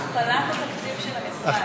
הכפלת התקציב של המשרד ב-40 מיליארד,